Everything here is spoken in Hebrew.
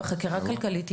בחקירה הכלכלית,